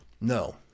No